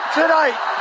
tonight